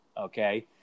Okay